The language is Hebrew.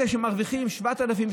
אלה שמרוויחים 7,000,